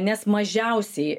nes mažiausiai